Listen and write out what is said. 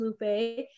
Lupe